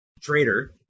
traitor